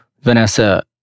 Vanessa